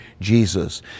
Jesus